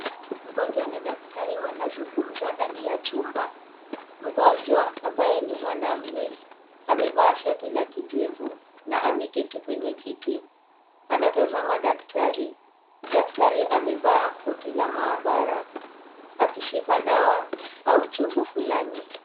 Mgonjwa na daktari wanazungumza ndani ya chumba . Mgonjwa ambaye ni mwanaume amevaa shati la kijivu na ameketi kwenye kiti anatazama daktari, daktari amevaa koti la maabara akishika dawa au chombo fulani.